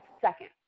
second